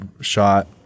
shot